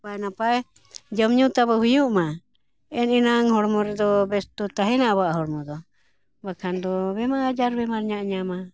ᱱᱟᱯᱟᱭ ᱱᱟᱯᱟᱭ ᱡᱚᱢ ᱧᱩ ᱛᱟᱵᱚᱱ ᱦᱩᱭᱩᱜ ᱢᱟ ᱮᱱ ᱮᱱᱟᱝ ᱦᱚᱲᱢᱚ ᱨᱮᱫᱚ ᱵᱮᱥᱫᱚ ᱛᱟᱦᱮᱱᱟ ᱟᱵᱚᱣᱟᱜ ᱦᱚᱲᱢᱚ ᱫᱚ ᱵᱟᱠᱷᱟᱱ ᱫᱚ ᱵᱮᱢᱟᱨ ᱟᱡᱟᱨ ᱵᱮᱢᱟᱨ ᱧᱟᱜ ᱧᱟᱢᱟ